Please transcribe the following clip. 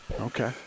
Okay